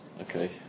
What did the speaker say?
Okay